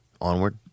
Onward